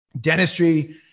dentistry